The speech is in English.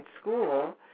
school